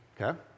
okay